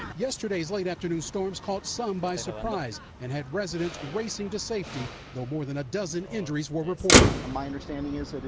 yesterday's late afternoon storms caught some by surprise and had residents racing to safety and more than a dozen injuries were reported. my understanding is